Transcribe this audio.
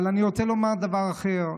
אבל אני רוצה לומר דבר אחר.